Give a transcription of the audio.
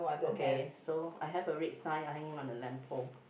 okay so I have a red sign hanging on the lamp pole